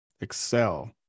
Excel